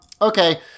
okay